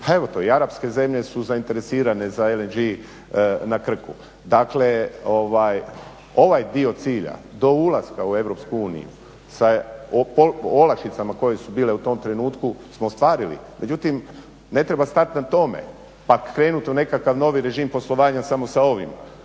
to je i Arapske zemlje su zainteresirane za LNG na Krku. Dakle ovaj dio cilja do ulaska u EU sa olakšicama koje su bile u tom trenutku smo ostvarili, međutim ne treba stati na tome pa krenuti u nekakav novi režim poslovanja samo sa ovim,